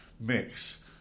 mix